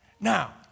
Now